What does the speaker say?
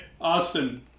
Austin